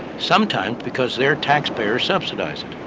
sometimes because their taxpayers subsidize it.